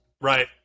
right